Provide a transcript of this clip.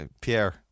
Pierre